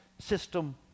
system